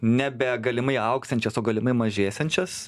nebe galimai augsiančias o galimai mažėsiančias